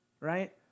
right